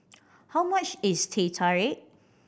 how much is Teh Tarik